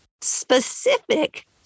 specific